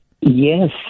Yes